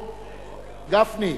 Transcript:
גפני,